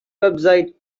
website